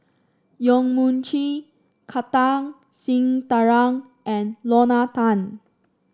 Yong Mun Chee Kartar Singh Thakral and Lorna Tan